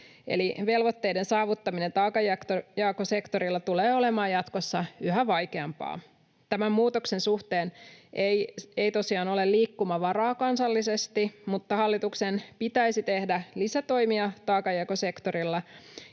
velvoitteiden saavuttaminen taakanjakosektorilla tulee olemaan jatkossa yhä vaikeampaa. Tämän muutoksen suhteen ei tosiaan ole liikkumavaraa kansallisesti, mutta hallituksen pitäisi tehdä lisätoimia taakanjakosektorilla,